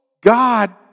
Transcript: God